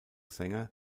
sänger